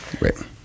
Right